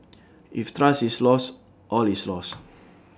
if trust is lost all is lost